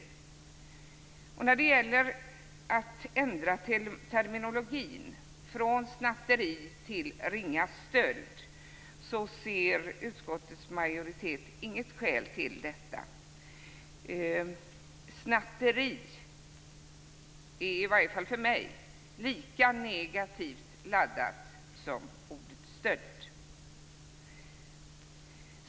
Utskottets majoritet ser inget skäl till att ändra terminologin från snatteri till ringa stöld. Ordet snatteri är i alla fall för mig lika negativt laddat som ordet stöld.